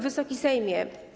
Wysoki Sejmie!